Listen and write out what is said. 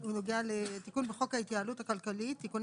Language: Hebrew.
הוא נוגע לתיקון בחוק ההתייעלות הכלכלית (תיקוני